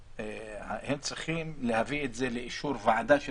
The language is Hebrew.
שהם צריכים להביא את זה לאישור ועדה של